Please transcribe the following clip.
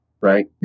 right